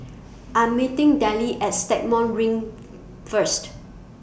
I Am meeting Dellie At Stagmont Ring First